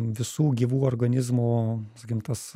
visų gyvų organizmų sakykim tas